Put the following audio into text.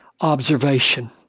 observation